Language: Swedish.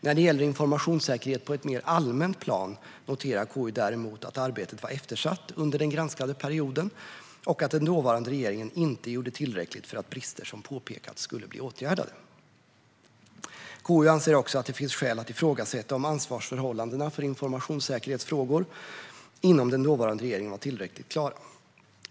När det gäller informationssäkerhet på ett mer allmänt plan noterar KU däremot att arbetet var eftersatt under den granskade perioden och att den dåvarande regeringen inte gjorde tillräckligt för att brister som påpekats skulle bli åtgärdade. KU anser också att det finns skäl att ifrågasätta om ansvarsförhållandena för informationssäkerhetsfrågor inom den dåvarande regeringen var tillräckligt klara.